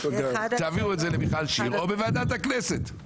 תעבירו את זה למיכל שיר או בוועדת הכנסת.